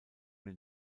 den